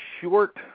short